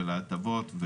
להטבות,